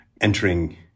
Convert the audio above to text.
entering